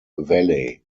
valley